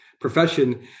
profession